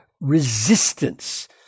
resistance